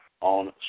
on